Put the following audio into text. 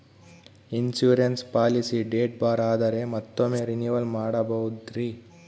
Insurance policy date ಬಾರ್ ಆದರೆ ಮತ್ತೊಮ್ಮೆ ರಿನಿವಲ್ ಮಾಡಬಹುದ್ರಿ?